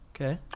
Okay